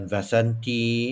Vasanti